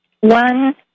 One